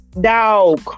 dog